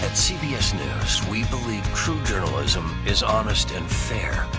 cbs news, we believe true journalism is honest and fair,